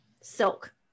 silk